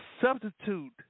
substitute